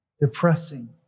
depressing